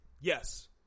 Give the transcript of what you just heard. yes